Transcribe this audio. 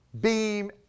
beam